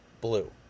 blue